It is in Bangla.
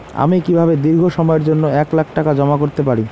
আমি কিভাবে দীর্ঘ সময়ের জন্য এক লাখ টাকা জমা করতে পারি?